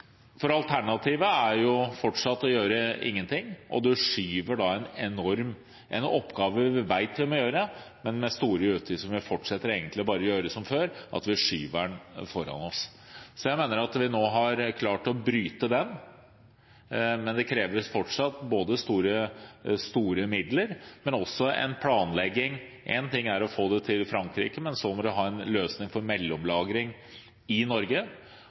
Alternativet er fortsatt å gjøre ingenting, og man skyver da en oppgave vi vet vi må gjøre, og med store utgifter, foran oss, hvis vi fortsetter bare å gjøre som før. Så jeg mener at vi nå har klart å bryte dette, men det kreves fortsatt store midler, og også en planlegging. Én ting er å få det til i Frankrike, men så må man ha en løsning for mellomlagring i Norge, og så må man til slutt ta den store beslutningen om den endelige lagringen, om det skal være i Norge